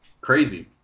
crazy